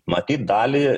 matyt dalį